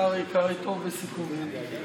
קרעי טוב בסיכומים.